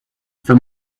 for